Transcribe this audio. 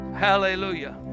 hallelujah